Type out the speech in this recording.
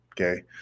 okay